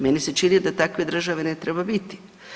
Meni se čini da takve države ne treba biti.